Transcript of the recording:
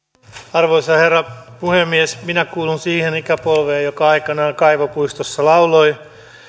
arvoisa herra puhemies minä kuulun siihen ikäpolveen joka aikanaan kaivopuistossa lauloi